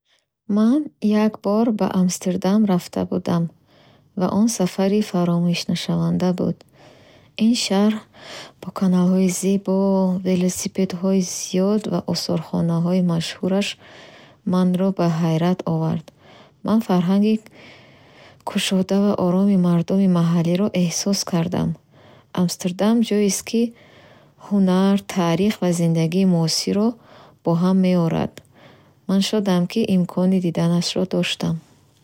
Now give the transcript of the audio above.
Ман як бор ба Амстердам рафта будам, ва он сафари фаромӯшнашаванда буд. Ин шаҳр бо каналҳои зебо, велосипедҳои зиёд ва осорхонаҳои машҳураш манро ба ҳайрат овард. Ман фарҳанги кушода ва оромии мардуми маҳаллиро эҳсос кардам. Амстердам ҷойест, ки ҳунар, таърих ва зиндагии муосирро бо ҳам меорад. Ман шодам, ки имкони диданашро доштам.